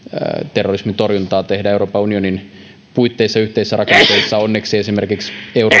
terrorismin torjuntaa tehdään euroopan unionin puitteissa yhteisissä rakenteissa onneksi esimerkiksi